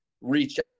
reach